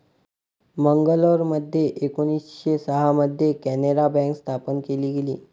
मंगलोरमध्ये एकोणीसशे सहा मध्ये कॅनारा बँक स्थापन केली गेली